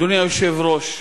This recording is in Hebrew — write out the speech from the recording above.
אדוני היושב-ראש,